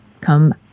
come